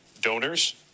donors